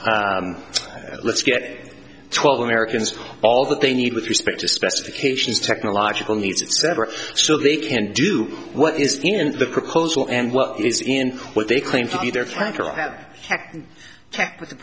get let's get twelve americans all that they need with respect to specifications technological needs etc so they can do what is in the proposal and what is in what they claim to be the